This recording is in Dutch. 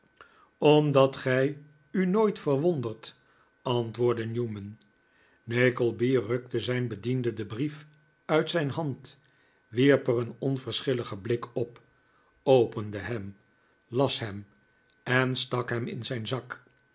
omdat gij u nooit verwondert antwoordde newman nickleby rukte zijn bediende den brief uit zijn hand wierp er een onverschilligen blik op opende hem las hem en stak hem in zijn zak